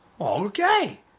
okay